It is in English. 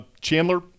chandler